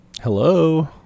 hello